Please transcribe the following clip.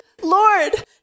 Lord